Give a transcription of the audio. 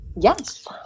Yes